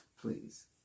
please